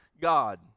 God